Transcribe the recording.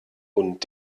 und